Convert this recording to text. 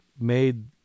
made